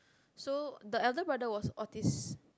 so the elder brother was autist